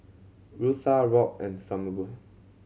Rutha Robb and Sommer